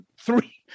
three